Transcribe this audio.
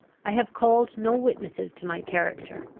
i have called no witnesses to my character.